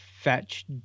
fetch